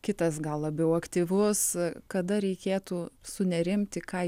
kitas gal labiau aktyvus kada reikėtų sunerimti ką